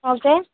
okay